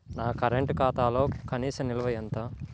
నా కరెంట్ ఖాతాలో కనీస నిల్వ ఎంత?